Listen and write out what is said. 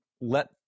let